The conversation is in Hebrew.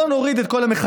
בואו נוריד את כל המכסים,